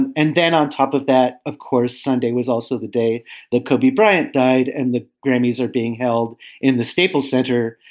and and then on top of that, of course, sunday was also the day that kobe bryant died. and the grammys are being held in the staples center.